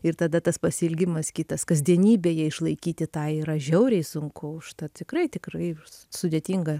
ir tada tas pasiilgimas kitas kasdienybėje išlaikyti tą yra žiauriai sunku užtat tikrai tikrai sudėtinga